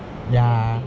ya